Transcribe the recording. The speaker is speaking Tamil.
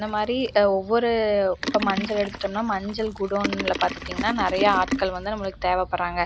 இந்த மாதிரி ஒவ்வொரு இப்போ மஞ்சள் எடுத்துகிட்டோம்னா மஞ்சள் குடோன்ல பார்த்துட்டிங்கனா நிறையா ஆட்கள் வந்து நம்மளுக்கு தேவைப்படுறாங்க